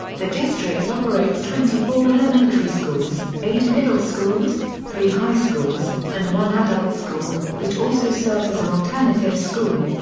the district operates twenty four elementary schools, eight middle schools, three high schools, and one adult school, which also serves as an alternative school.